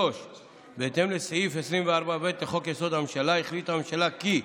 3. בהתאם לסעיף 24(ב) לחוק-יסוד: הממשלה החליטה הממשלה כי: